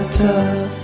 tough